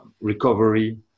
recovery